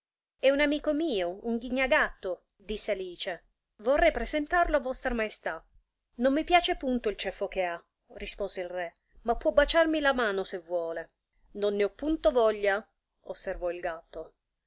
è un amico mio un ghignagatto disse alice vorrei presentarlo a vostra maestà non mi piace punto il ceffo che ha rispose il re ma può baciarmi la mano se vuole non ne ho punto voglia osservò il gatto